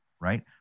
right